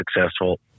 successful